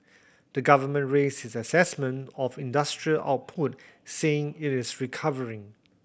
the government raised its assessment of industrial output saying it is recovering